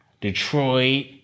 Detroit